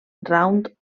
round